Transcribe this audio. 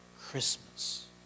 Christmas